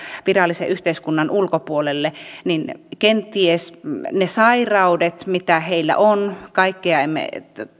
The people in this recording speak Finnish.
virallisen yhteiskunnan ulkopuolelle kenties ne sairaudet mitä heillä on kaikkia emme